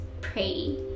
pray